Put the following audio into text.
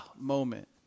moment